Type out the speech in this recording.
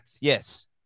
yes